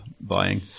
buying